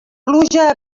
pluja